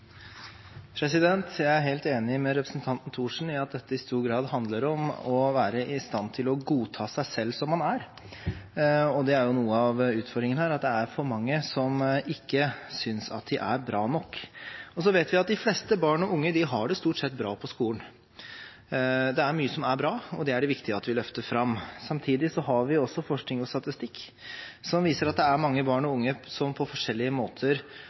Jeg er helt enig med representanten Thorsen i at dette i stor grad handler om å være i stand til å godta seg selv som man er. Noe av utfordringen er at det er for mange som ikke synes at de er bra nok. Vi vet at de fleste barn og unge stort sett har det bra på skolen. Det er mye som er bra, og det er det viktig at vi løfter fram. Samtidig har man forskning og statistikk som viser at det er mange barn og unge som på